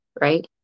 right